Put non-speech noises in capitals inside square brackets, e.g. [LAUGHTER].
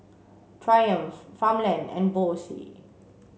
Triumph Farmland and [UNINTELLIGIBLE]